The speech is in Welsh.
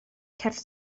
cerdd